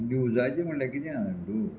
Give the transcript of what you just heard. बिवजाचें म्हणल्यार किदें आसा तूं